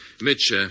Mitch